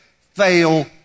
fail